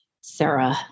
Sarah